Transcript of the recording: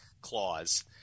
clause